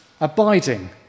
abiding